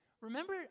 Remember